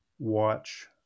watch